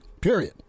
period